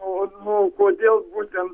o nu kodėl būtent